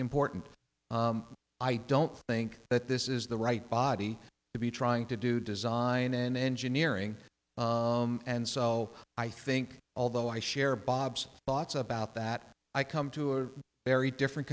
important i don't think that this is the right body to be trying to do design and engineering and so i think although i share bob's thoughts about that i come to a very different